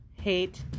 hate